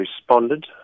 responded